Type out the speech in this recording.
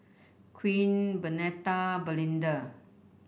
Queen Bernetta and Belinda